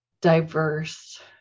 diverse